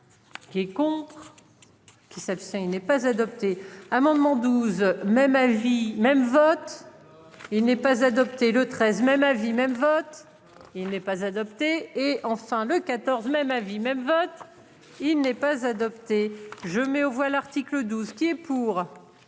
Qui est contre. Qui s'abstient. Il n'est pas adopté un amendement 12 même avis même vote. Il n'est pas adopté le 13 même avis même vote. Il n'est pas adopté et enfin le 14 même avis même vote. Il n'est pas adopté, je mets aux voix l'article 12 qui est pour.